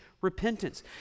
repentance